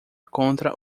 contra